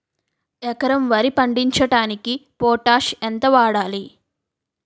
ఎకరం వరి పండించటానికి పొటాష్ ఎంత వాడాలి?